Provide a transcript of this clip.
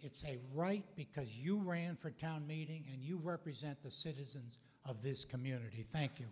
it's a right because you ran for town meeting and you represent the citizens of this community thank you